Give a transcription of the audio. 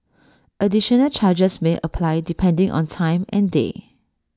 additional charges may apply depending on time and day